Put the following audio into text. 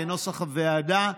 כנוסח הוועדה.